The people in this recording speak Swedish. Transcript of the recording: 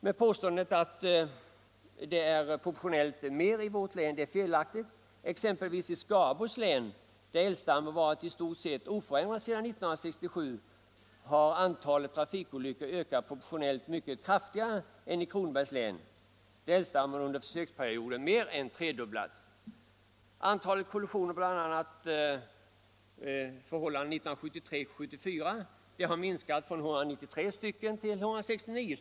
Men påståendet att kollisionerna proportionellt är fler i vårt län är felaktigt. Exempelvis i Skaraborgs län där älgstammen har varit i stort sett oförändrad sedan 1967 har antalet trafikolyckor ökat proportionellt mycket kraftigare än i Kronobergs län, där älgstammen under försöksperioden mer än tredubblats. Antalet kollisioner har minskat från 193 stycken år 1973 till 169 stycken år 1974.